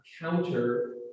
counter